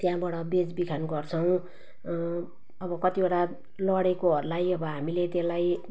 त्यहाँबाट बेचबिखन गर्छौँ अब कतिवटा लडेकोहरूलाई अब हामीले त्यसलाई